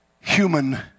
human